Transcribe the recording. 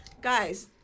Guys